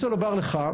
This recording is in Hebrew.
אני רוצה לומר לך,